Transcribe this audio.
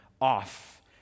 off